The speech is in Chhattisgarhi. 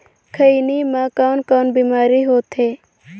खैनी म कौन कौन बीमारी होथे?